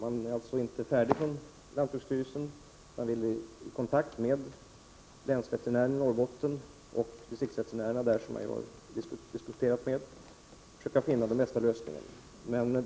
Lantbruksstyrelsen är inte färdig, utan styrelsen vill ta kontakt med länsveterinären och distriktsveterinärerna i Norrbotten för att diskutera och försöka finna den bästa lösningen.